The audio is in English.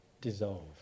dissolve